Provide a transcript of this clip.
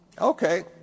Okay